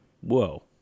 Whoa